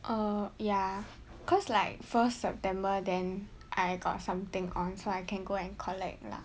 err ya cause like first september then I got something on so I can go and collect lah